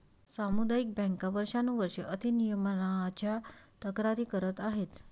सामुदायिक बँका वर्षानुवर्षे अति नियमनाच्या तक्रारी करत आहेत